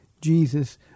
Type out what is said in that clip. Jesus